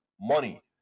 money